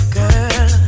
girl